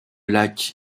lac